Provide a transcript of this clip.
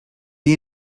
you